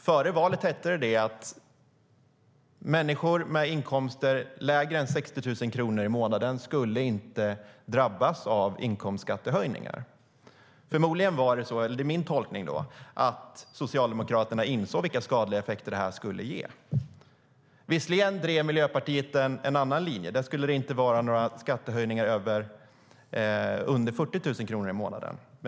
Före valet hette det att människor med inkomster på 60 000 kronor i månaden eller lägre inte skulle drabbas av inkomstskattehöjningar. Min tolkning är att Socialdemokraterna insåg vilka skadliga effekter det här skulle ge. Visserligen drev Miljöpartiet en annan linje. Där skulle det inte vara några skattehöjningar på inkomster under 40 000 kronor i månaden.